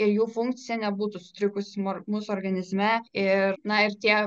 ir jų funkcija nebūtų sutrikusi mūsų organizme ir na ir tie